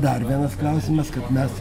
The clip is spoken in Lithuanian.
dar vienas klausimas kad mes